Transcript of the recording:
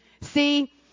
See